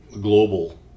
global